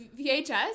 VHS